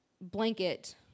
blanket